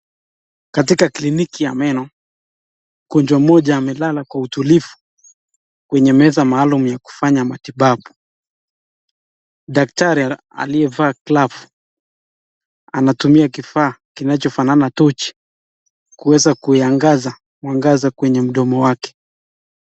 Katika kliniki ya meno mgonjwa mmoja amelala kwa utulivu kwenye meza maalum ya kufanya matibabu. Daktari aliyevaa glavu anatumia kifaa kinachofanana na toshi kuweza kuiangaza mwangaza kwenye mdomo wake.